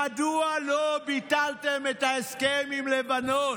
מדוע לא ביטלתם את ההסכם עם לבנון?